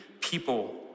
people